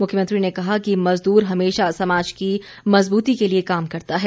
मुख्यमंत्री ने कहा कि मजदूर हमेशा समाज की मजबूती के लिए काम करता है